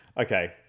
Okay